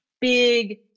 big